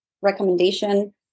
recommendation